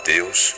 Deus